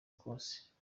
kose